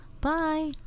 Bye